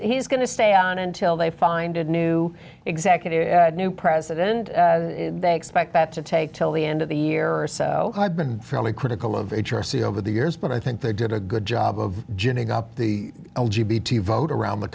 he's going to stay on until they find a new executive a new president and they expect that to take till the end of the year or so i've been fairly critical of h r c over the years but i think they did a good job of ginning up the l g b to vote around the